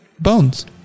bones